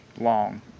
long